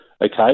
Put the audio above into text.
Okay